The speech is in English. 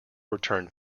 return